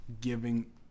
giving